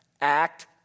act